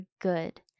good